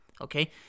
Okay